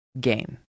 gain